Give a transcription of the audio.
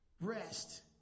rest